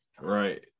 right